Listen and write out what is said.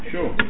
Sure